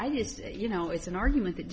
just you know it's an argument that